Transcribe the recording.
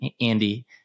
andy